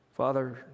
Father